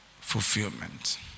Fulfillment